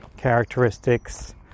characteristics